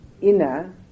inner